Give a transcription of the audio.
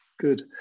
good